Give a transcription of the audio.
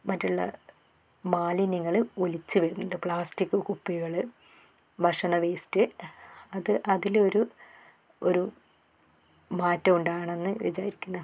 മറ്റുള്ള മാലിന്യങ്ങൾ ഒലിച്ചു വരുന്നുണ്ട് പ്ലാസ്റ്റിക് കുപ്പികൾ ഭക്ഷണ വേസ്റ്റ് അത് അതിലൊരു ഒരു മാറ്റം ഉണ്ടാകണം എന്ന് വിചാരിക്കുന്നു